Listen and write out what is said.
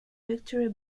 victory